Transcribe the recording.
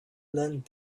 learned